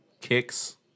kicks